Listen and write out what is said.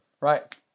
Right